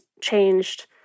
changed